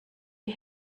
die